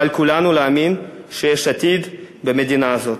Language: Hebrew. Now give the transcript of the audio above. ועל כולנו להאמין שיש עתיד במדינה הזאת.